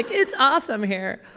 it's awesome here.